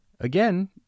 again